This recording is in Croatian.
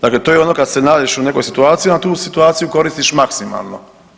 Dakle, to je ono kad se nađeš u nekoj situaciji onda tu situaciju koristiš maksimalno.